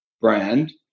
brand